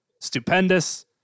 Stupendous